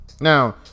Now